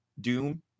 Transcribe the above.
doom